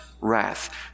wrath